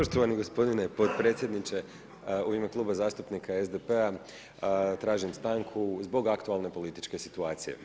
Poštovani gospodine potpredsjedniče, u ime Kluba zastupnika SDP-a tražim stanku zbog aktualne političke situacije.